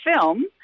film